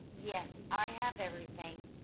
yes, i have everything.